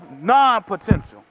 non-potential